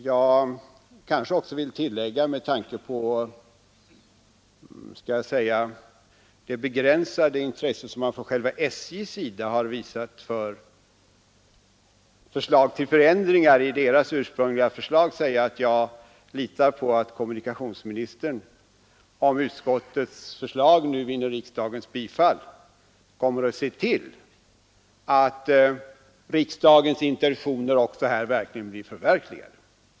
Jag kanske skall tillägga — närmast med tanke på det begränsade intresse som man från själva SJ:s sida har visat för förslag till förändringar i sitt ursprungliga förslag — att jag litar på att kommunikationsministern, om utskottets förslag nu vinner riksdagens bifall, kommer att se till, att riksdagens intentioner också blir förverkligade.